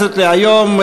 כן,